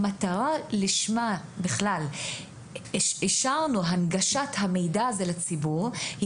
המטרה לשמה אישרנו את הנגשת המידע הזה לציבור היא